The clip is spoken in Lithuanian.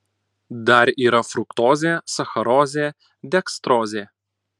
dar yra fruktozė sacharozė dekstrozė